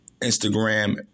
Instagram